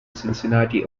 cincinnati